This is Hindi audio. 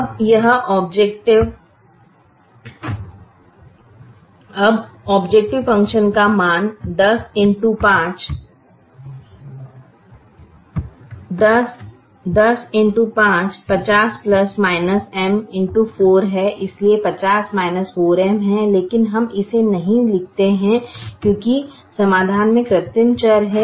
अब औब्जैकटिव फ़ंक्शन का मान 10 x 5 50 M x 4 है इसलिए 50 4M है लेकिन हम इसे नहीं लिखते हैं क्योंकि समाधान में कृत्रिम चर है